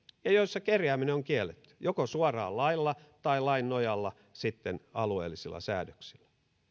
ja joissa kerjääminen on kielletty joko suoraan lailla tai lain nojalla alueellisilla säädöksillä